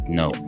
no